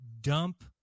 dump